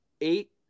eight